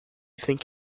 think